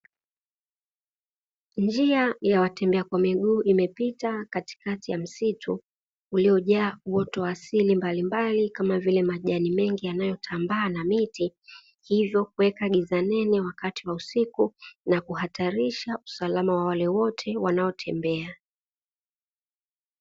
Njia ya watembea kwa miguu imepita katikati ya msitu uliojaa uoto wa asili mbalimbali kama vile majani mengi yanayo tambaa na miti hivyo kuweka giza nene wakati wa usiku na kuhatarisha usalama wa wale wote wanao tembea.